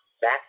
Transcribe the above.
back